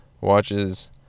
watches